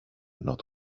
not